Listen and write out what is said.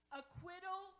acquittal